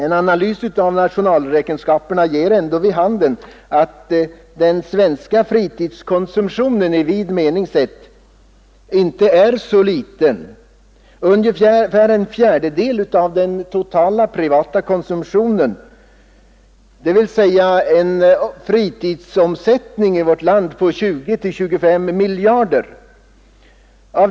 En analys av nationalräkenskaperna ger ändå vid handen att den svenska fritidskonsumtionen, i vid mening sedd, inte är så liten. Den uppgår faktiskt till ungefär en fjärdedel av den totala privata konsumtionen — dvs. av en fritidsomsättning i vårt land på 20—25 miljarder.